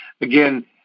again